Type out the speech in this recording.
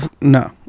No